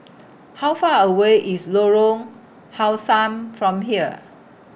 How Far away IS Lorong How Sun from here